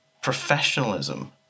professionalism